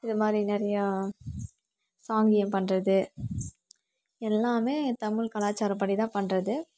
இது மாதிரி நிறையா சாங்கியம் பண்ணுறது எல்லாமே தமிழ் கலாச்சாரப்படிதான் பண்ணுறது